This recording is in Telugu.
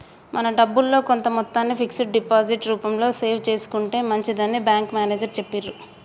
మన డబ్బుల్లో కొంత మొత్తాన్ని ఫిక్స్డ్ డిపాజిట్ రూపంలో సేవ్ చేసుకుంటే మంచిదని బ్యాంకు మేనేజరు చెప్పిర్రు